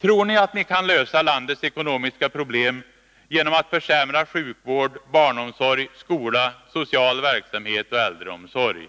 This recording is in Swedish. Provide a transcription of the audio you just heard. Tror ni att ni kan lösa landets ekonomiska problem genom att försämra sjukvård, barnomsorg, skola, social verksamhet och äldreomsorg?